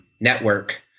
network